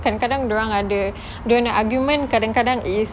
kadang-kadang dorang ada dorang punya argument kadang-kadang is